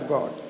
God